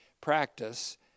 practice